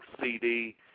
CD